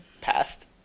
passed